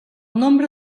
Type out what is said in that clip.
nombre